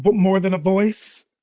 but more than a voice.